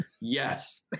Yes